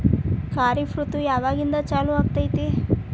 ಖಾರಿಫ್ ಋತು ಯಾವಾಗಿಂದ ಚಾಲು ಆಗ್ತೈತಿ?